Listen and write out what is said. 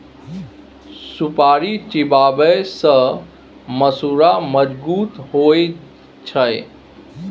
सुपारी चिबाबै सँ मसुरा मजगुत होइ छै